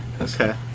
Okay